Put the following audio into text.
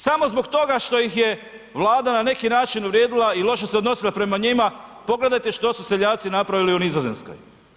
Samo zbog toga što ih je Vlada, na neki način uvrijedila i loše se odnosila prema njima, pogledajte što su seljaci napravili u Nizozemskoj.